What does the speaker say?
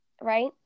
right